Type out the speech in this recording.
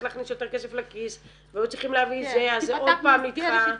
להכניס יותר כסף לכיס והיו צריכים להביא --- אז זה עוד פעם נדחה -- כן.